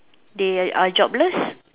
they are jobless